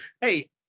hey